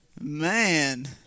man